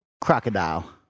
Crocodile